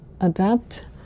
adapt